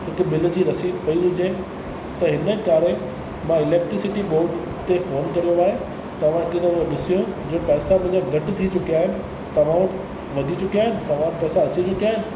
मूंखे बिल जी रसीद पई हुजे त हिन करे मां इलैक्ट्रीसिटी ते फोन कयो आहे तव्हां हिकु दफ़ो ॾिसिजो घटिजी चुका आहे तव्हां वटि वधी चुकिया आहिनि तव्हां वटि पैसा अची चुकिया आहिनि